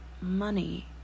money